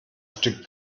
stück